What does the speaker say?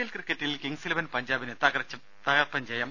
L ക്രിക്കറ്റിൽ Kings Eleven പഞ്ചാബിന് തകർപ്പൻ ജയം